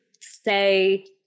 say